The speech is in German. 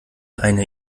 eine